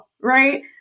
right